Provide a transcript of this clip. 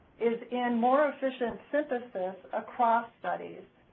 is in more efficient physicists across studies.